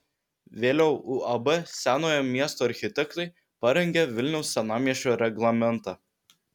vėliau uab senojo miesto architektai parengė vilniaus senamiesčio reglamentą